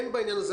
הבנתי שזה